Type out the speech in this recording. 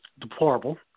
deplorable